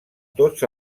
tots